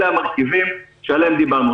אלה המרכיבים שעליהם דיברנו.